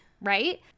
Right